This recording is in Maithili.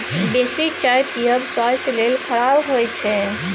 बेसी चाह पीयब स्वास्थ्य लेल खराप होइ छै